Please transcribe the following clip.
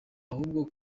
ahubwo